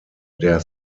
der